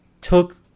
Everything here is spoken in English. took